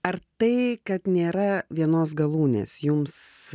ar tai kad nėra vienos galūnės jums